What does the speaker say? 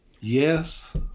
yes